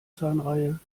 zahnreihe